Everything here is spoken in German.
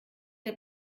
der